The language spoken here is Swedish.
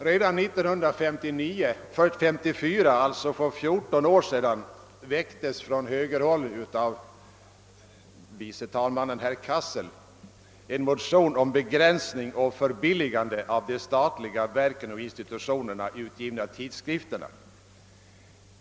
Redan 1954, alltså för 14 år sedan, väcktes från högerhåll av nuvarande andre vice talmannen herr Cassel en motion om begränsning och förbilligande av de av statliga verk och institutioner utgivna tidskrifterna.